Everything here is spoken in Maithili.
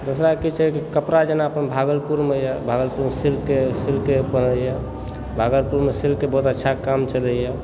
दोसर की छै कि कपड़ा जेना अपन भागलपुरमे यऽ भागलपुर सिल्कके यऽ भागलपुरमे सिल्कके बहुत अच्छा काम चलैए